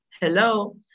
hello